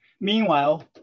Meanwhile